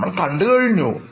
നമ്മൾ കണ്ടുകഴിഞ്ഞു